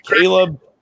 Caleb